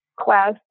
class